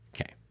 Okay